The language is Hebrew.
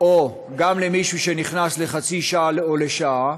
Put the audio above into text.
גם למישהו שנכנס לחצי שעה או לשעה,